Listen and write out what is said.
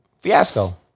Fiasco